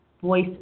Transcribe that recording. voice